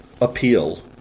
appeal